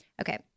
Okay